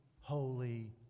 holy